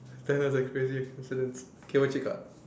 tell us your crazy coincidence okay what you got